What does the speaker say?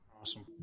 Awesome